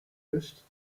rust